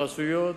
הרשויות